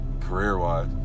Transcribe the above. career-wise